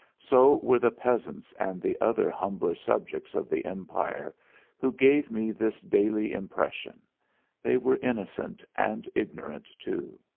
so were the peasants and the other humbler subjects of the empire who gave me this daily impression they were innocent and ignorant too.